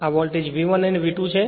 આ voltage V1 અને V2 છે